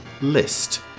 list